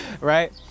Right